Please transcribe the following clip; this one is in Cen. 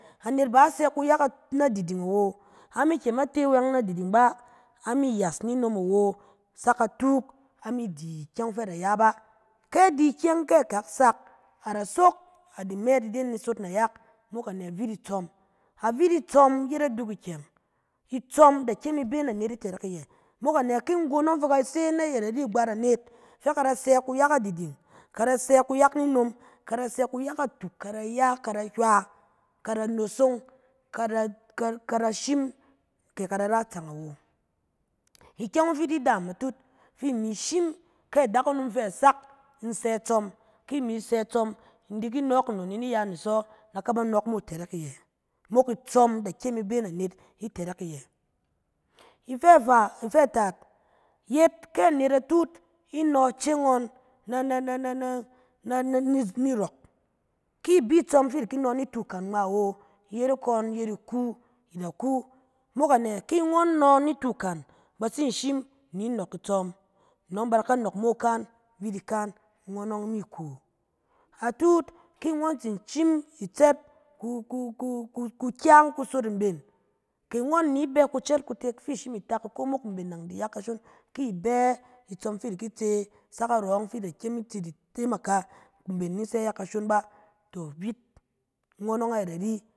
Anet ba sɛ kuyak a-na diding awo, a mi kyem a te wɛng ni diding bà, a mi yas ninom awo sak atuk, a mi di ikyɛng fɛ a da ya bà. Ke di ikyɛng fɛ akak sak, a da sok a di mer ide ni sot nayak, mok anɛ? Vit itsɔm. Avit itsɔm yet aduk ikyɛng, itsɔm da kyem i bɛ na anet itɛrɛk iya, mok anɛ? Ki nggon ɔng fɛ ka se nayɛt ari agbaat anet, fɛ ka da sɛ kuyak na diding, ka da sɛ kuyak ninom, ka da sɛ kuyak natuk, ka da ya, ka da hywa, ka da nosong, ka da ka da- shim, ke ka da ra itsang awo. ikyɛng fi i di daam atut, fi imi shim, ke adakunom fɛ sak in sɛ tsɔm, ki mi sɛ tsɔm, in di ki nɔɔk nnon in iya ni sɔ, na ka ba nɔɔk mo itɛrɛk iyɛ. Mok itsɔm da kyem i bɛ na anet itɛrɛk iyɛ. Ifɛ faa, ifɛ taat, yet ke anet atut, i no ice ngɔn, na-na-na-na, na-nafi rɔk, ki i bi tsɔm fi i di ki no nitu ikan ngma wo, iyerek ngɔn yet iku. i da ku, mok anɛ? Ki ngɔn no nitu kan, ba tsin shim ni nɔɔk itsɔm, nɔng ba da ka nɔɔk mo ikan, vit ikan, ngɔn ɔong mi ku. Atut ki ngɔn tsin shim i tsɛt ku-ku-ku-kukyang kusot mben, ke ngɔn ni bɛ kucɛɛt kutek fi i shim i tak iko mok mben nang bin ya kashon, ki i bɛ itsɔm fi i di ki tse sak arɔ yɔng fi i da tsi kyem i di temaka mben ni ya kashon ba, tɔ! Vit ngɔn ɔng ayɛt ari.